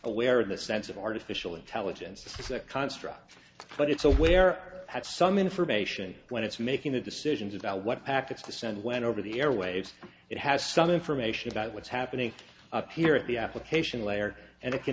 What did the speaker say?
aware in the sense of artificial intelligence it's a construct but it's aware that some information when it's making the decisions about what packets to send went over the airwaves it has some information about what's happening here at the application layer and it can